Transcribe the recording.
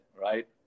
right